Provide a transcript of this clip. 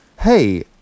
Hey